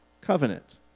covenant